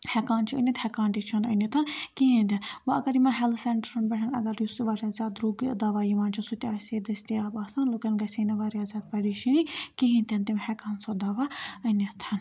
ہیٚکان چھِ أنِتھ ہیٚکان تہِ چھِنہٕ أنِتھ کِہیٖنۍ تہِ نہٕ وۄنۍ اگر یِمَن ہیٚلٕتھ سیٚنٹَرن پٮ۪ٹھ اگر یُس یہِ واریاہ زیاد درٛوٚگ ٲں دَوا یِوان چھُ سُہ تہِ آسہِ ہے دٔستِیاب آسان لوٗکَن گژھہِ ہے نہٕ واریاہ زیادٕ پریشٲنی کِہیٖنۍ تہِ نہٕ تِم ہیٚکہِ ہان سُہ دَوا أنِتھ